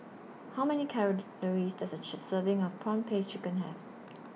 How Many Calories Does A Serving of Prawn Paste Chicken Have